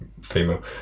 female